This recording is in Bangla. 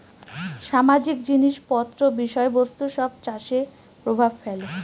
সামাজিক জিনিস পত্র বিষয় বস্তু সব চাষে প্রভাব ফেলে